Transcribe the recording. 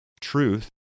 truth